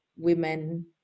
women